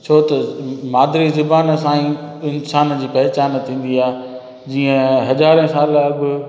छो त माद्री ज़ॿान असांजी इंसान जी पहचान थींदी आहे जीअं हज़ार साल अॻु